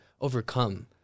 overcome